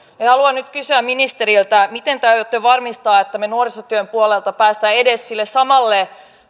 haluan nyt kysyä ministeriltä miten te aiotte varmistaa että me nuorisotyön puolelta pääsemme edes sille samalle